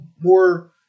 more